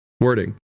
Wording